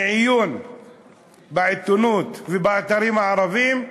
מעיון בעיתונות ובאתרים הערביים,